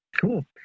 cool